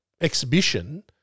exhibition